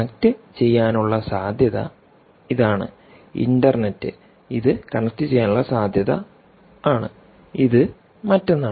കണക്റ്റുചെയ്യാനുള്ള സാധ്യത ഇതാണ് ഇന്റർനെറ്റ് ഇത് കണക്റ്റുചെയ്യാനുള്ള സാധ്യത ആണ് ഇത് മറ്റൊന്നാണ്